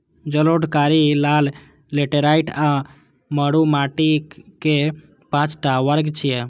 जलोढ़, कारी, लाल, लेटेराइट आ मरु माटिक पांच टा वर्ग छियै